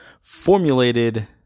formulated